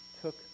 took